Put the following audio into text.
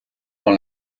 dans